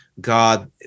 God